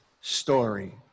story